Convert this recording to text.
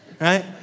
right